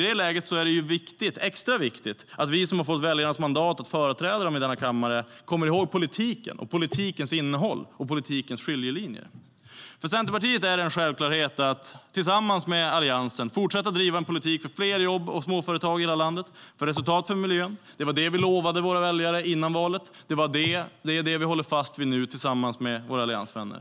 Då är det extra viktigt att vi som har fått väljarnas mandat att företräda dem i denna kammare kommer ihåg politiken, dess innehåll och skiljelinjer. För Centerpartiet är det en självklarhet att tillsammans med Alliansen fortsätta att driva en politik för fler jobb och småföretag i hela landet och för resultat för miljön. Det var det vi lovade våra väljare före valet, och det är vad vi håller fast vid tillsammans med våra alliansvänner.